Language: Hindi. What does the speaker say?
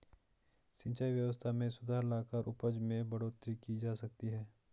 सिंचाई व्यवस्था में सुधार लाकर उपज में बढ़ोतरी की जा सकती है